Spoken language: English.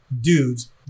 dudes